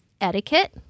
etiquette